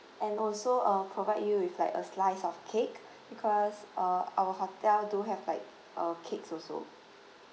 and also uh provide you with like a slice of cake because uh our hotel do have like uh cakes also